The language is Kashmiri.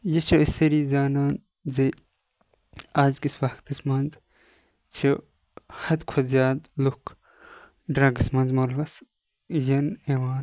یہِ چھِ أسۍ سٲری زانان زِ آزکِس وَقتَس مَنٛز چھِ حَد کھۄتہٕ زیادٕ لُکھ ڈرگس مَنٛز ملوَس یِن یِوان